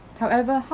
however